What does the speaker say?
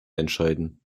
entscheiden